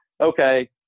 Okay